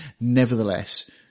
Nevertheless